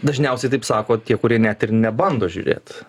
dažniausiai taip sako tie kurie net ir nebando žiūrėt